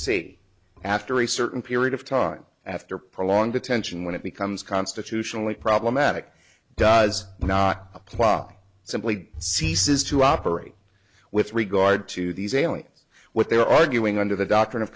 eight after a certain period of time after prolonged detention when it becomes constitutionally problematic does not apply simply ceases to operate with regard to these aliens what they're arguing under the doctrine of